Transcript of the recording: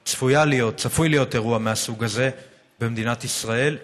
צפוי להיות אירוע מהסוג הזה במדינת ישראל,